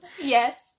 Yes